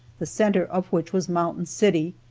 the center of which was mountain city,